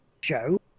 show